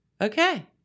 Okay